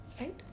right